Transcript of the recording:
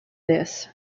this